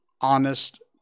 honest